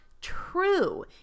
true